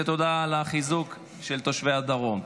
ותודה על חיזוק תושבי הדרום.